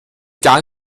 gar